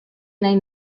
nahi